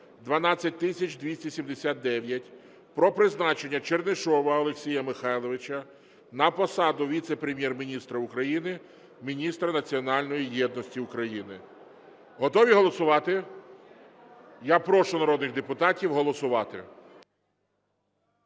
12279) про призначення Чернишова Олексія Михайловича на посаду Віце-прем'єр-міністра України – Міністра національної єдності України. Готові голосувати? Я прошу народних депутатів голосувати.